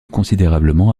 considérablement